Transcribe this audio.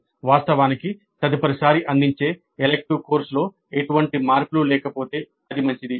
వాస్తవానికి తదుపరిసారి అందించే ఎలిక్టివ్ కోర్సులో ఎటువంటి మార్పులు లేకపోతే అది మంచిది